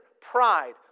pride